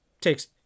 takes